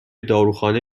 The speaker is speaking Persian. داروخانه